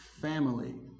family